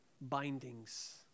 bindings